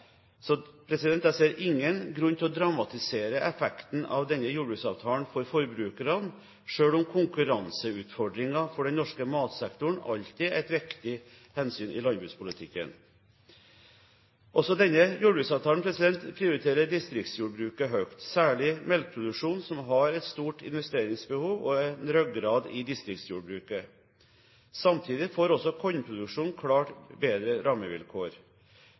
Så jeg ser ingen grunn til å dramatisere effekten av denne jordbruksavtalen for forbrukerne, selv om konkurranseutfordringen for den norske matsektoren alltid er et viktig hensyn i landbrukspolitikken. Også denne jordbruksavtalen prioriterer distriktsjordbruket høyt, særlig melkeproduksjonen, som har et stort investeringsbehov og er en ryggrad i distriktsjordbruket. Samtidig får også kornproduksjonen klart bedre rammevilkår.